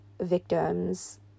victims